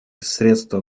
средства